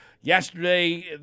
Yesterday